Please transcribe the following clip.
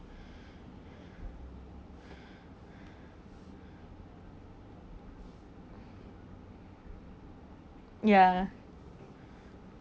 ya